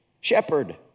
shepherd